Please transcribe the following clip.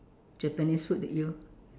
Japanese food the eel